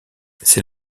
c’est